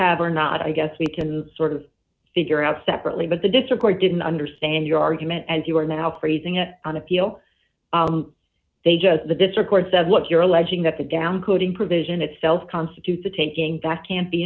have or not i guess we can sort of figure out separately but the district court didn't understand your argument as you are now phrasing it on appeal they just the district court says what you're alleging that the down coding provision itself constitutes the taking that can't be